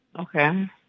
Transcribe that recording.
Okay